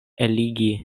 eligi